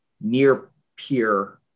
near-peer